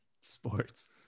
sports